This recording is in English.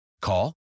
Call